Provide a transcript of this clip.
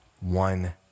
one